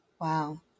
Wow